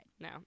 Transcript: no